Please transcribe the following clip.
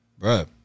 bruh